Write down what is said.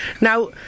Now